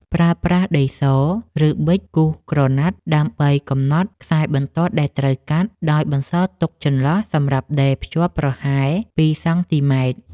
ប្រើប្រាស់ដីស ឬប៊ិចគូសក្រណាត់ដើម្បីកំណត់ខ្សែបន្ទាត់ដែលត្រូវកាត់ ដោយបន្សល់ទុកចន្លោះសម្រាប់ដេរភ្ជាប់ប្រហែល ២ សង់ទីម៉ែត្រ។